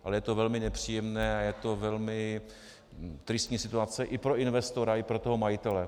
Je to velmi nepříjemné, je to velmi tristní situace i pro investora, i pro majitele.